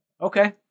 Okay